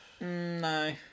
No